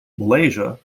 malaysia